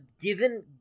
given